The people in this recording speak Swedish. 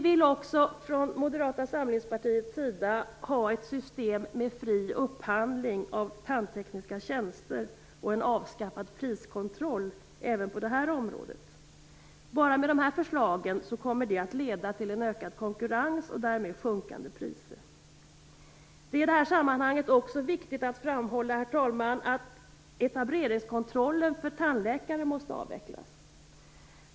Vi från Moderata samlingspartiet vill också ha ett system med fri upphandling av tandtekniska tjänster och en avskaffad priskontroll även på detta område. Enbart dessa förslag kommer att leda till en ökad konkurrens och därmed sjunkande priser. Herr talman! I det här sammanhanget är det också viktigt att framhålla att etableringskontrollen för tandläkare måste avvecklas.